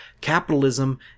Capitalism